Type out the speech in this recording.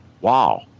wow